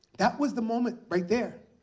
that was the moment right there.